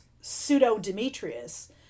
Pseudo-Demetrius